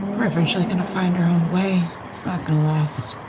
are eventually going to find our own way. it's not going to last